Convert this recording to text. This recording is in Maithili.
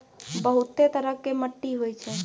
बहुतै तरह के मट्टी होय छै